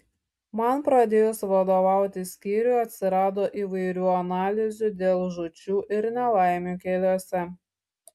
man pradėjus vadovauti skyriui atsirado įvairių analizių dėl žūčių ir nelaimių keliuose